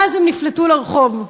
ואז הם נפלטו לרחוב.